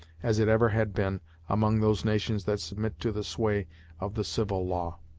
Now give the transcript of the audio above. as it ever had been among those nations that submit to the sway of the civil law.